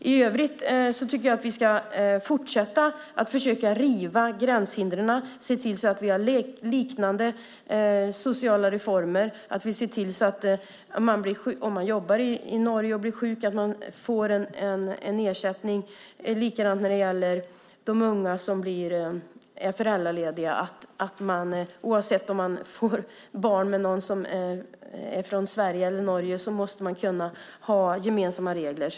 I övrigt tycker jag att vi ska fortsätta att försöka riva gränshindren och se till att vi har liknande sociala system, så att man om man jobbar i Norge och blir sjuk får en ersättning. Det är likadant för föräldralediga. Man måste kunna ha gemensamma regler oavsett om den man får barn med är från Sverige eller Norge.